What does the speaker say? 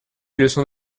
leçons